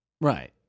Right